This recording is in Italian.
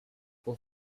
può